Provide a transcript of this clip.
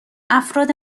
افراد